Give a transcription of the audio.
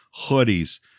hoodies